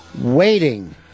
waiting